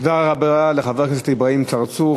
תודה רבה לחבר הכנסת אברהים צרצור.